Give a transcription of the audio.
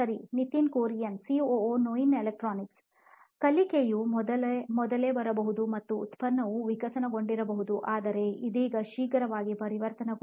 Nitin Kurian COO ನೋಯಿನ್ electronics ಕಲಿಕೆಯು ಮೊದಲೇ ಬರಬಹುದು ಮತ್ತು ಉತ್ಪನ್ನವು ವಿಕಸನಗೊಂಡಿರಬಹುದು ಆದರೆ ಇದೀಗ ಶೀಘ್ರವಾಗಿ ಪರಿವರ್ತನೆಗೊಂಡಿದೆ